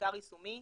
מחקר יישומי,